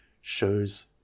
shows